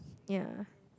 ya